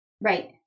Right